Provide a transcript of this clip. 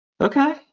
okay